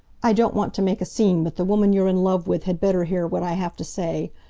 i don't want to make a scene, but the woman you're in love with had better hear what i have to say.